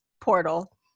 portal